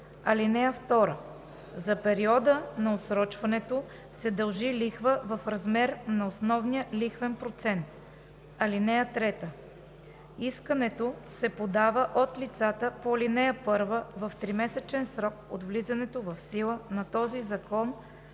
години. (2) За периода на отсрочването се дължи лихва в размер на основния лихвен процент. (3) Искането се подава от лицата по ал. 1 в тримесечен срок от влизането в сила на този закон